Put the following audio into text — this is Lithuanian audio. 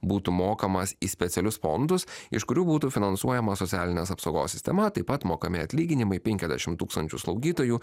būtų mokamas į specialius fondus iš kurių būtų finansuojama socialinės apsaugos sistema taip pat mokami atlyginimai penkiasdešim tūkstančių slaugytojų